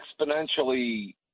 exponentially